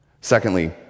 Secondly